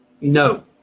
no